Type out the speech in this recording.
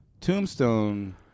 Tombstone